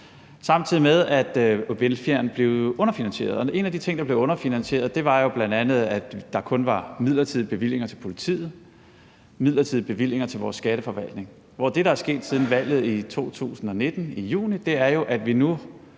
samtidig med at velfærden blev underfinansieret. En af de måder, der blev underfinansieret på, var jo bl.a., at der kun var midlertidige bevillinger til politiet og midlertidige bevillinger til vores skatteforvaltning, og det, der er sket siden valget i juni 2019, er, at vi nu,